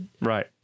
right